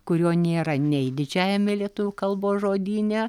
kurio nėra nei didžiajame lietuvių kalbos žodyne